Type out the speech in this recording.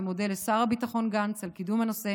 ומודה לשר הביטחון גנץ על קידום הנושא